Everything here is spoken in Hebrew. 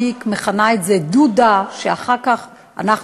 אני מכנה את זה "דודא" שאחר כך אנחנו